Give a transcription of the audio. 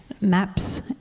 maps